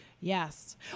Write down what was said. Yes